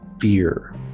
fear